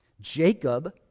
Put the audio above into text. Jacob